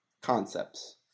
concepts